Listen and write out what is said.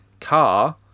car